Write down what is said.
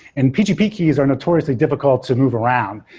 and pgp keys are notoriously difficult to move around.